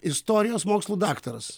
istorijos mokslų daktaras